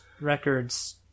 Records